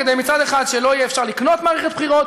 כדי שמצד אחד לא יהיה אפשר לקנות מערכת בחירות,